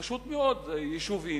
פשוט מאוד אלה יישובים,